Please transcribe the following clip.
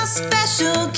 special